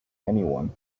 anyone